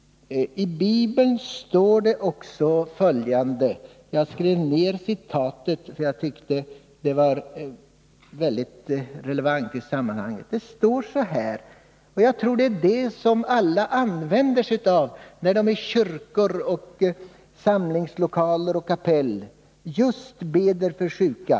I Bibeln står det också följande — jag skrev ned citatet därför att jag tyckte att det var väldigt relevant i sammanhanget, och jag tror att det är något som alla använder sig av när de i kyrkor, samlingslokaler och kapell beder för just sjuka.